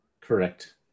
correct